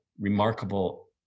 remarkable